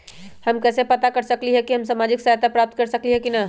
हम कैसे पता कर सकली ह की हम सामाजिक सहायता प्राप्त कर सकली ह की न?